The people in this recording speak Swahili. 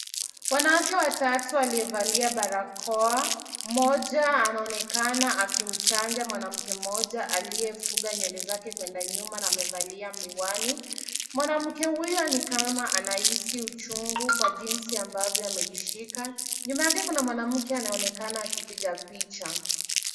Wanawake watatu waliovalia barakoa. Mmoja anaonekana akichanja mwanamke mmoja aliye fuga nywele zake kwenda nyuma na amevalia miwani. Mwanamke huyo nikama anahisi uchungu kwa jinsi ambavyo amejishika. Nyuma yake kuna mwanamke anaonekana akipiga picha.